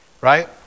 Right